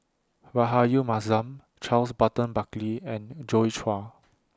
Rahayu Mahzam Charles Burton Buckley and Joi Chua